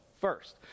first